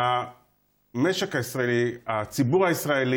אדוני היושב-ראש,